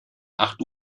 acht